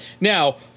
Now